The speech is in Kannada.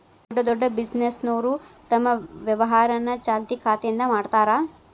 ದೊಡ್ಡ್ ದೊಡ್ಡ್ ಬಿಸಿನೆಸ್ನೋರು ತಮ್ ವ್ಯವಹಾರನ ಚಾಲ್ತಿ ಖಾತೆಯಿಂದ ಮಾಡ್ತಾರಾ